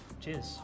Cheers